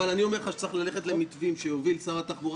אבל אני אומר לך שצריך ללכת למתווים שיוביל שר התחבורה,